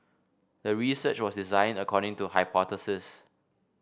the research was designed according to hypothesis